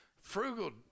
Frugal